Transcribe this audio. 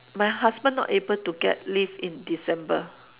my husband not able to get leave in December